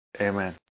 Amen